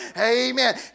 amen